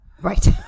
right